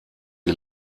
sie